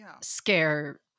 scare